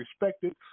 respected